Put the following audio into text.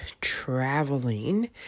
traveling